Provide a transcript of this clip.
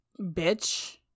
bitch